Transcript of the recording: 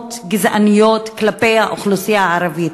מגמות גזעניות כלפי האוכלוסייה הערבית.